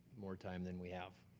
more time than we have